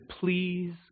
please